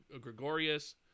Gregorius